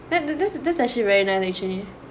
that that that's actually a very analogy